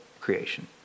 creation